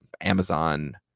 Amazon